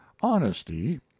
honesty